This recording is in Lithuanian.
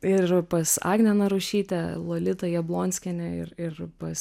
ir pas agnę narušytę lolitą jablonskienę ir ir pas